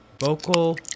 vocal